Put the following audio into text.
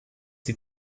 die